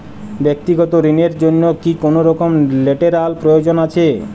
ব্যাক্তিগত ঋণ র জন্য কি কোনরকম লেটেরাল প্রয়োজন আছে?